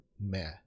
meh